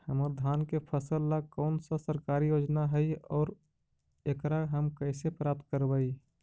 हमर धान के फ़सल ला कौन सा सरकारी योजना हई और एकरा हम कैसे प्राप्त करबई?